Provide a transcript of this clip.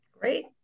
Great